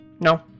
No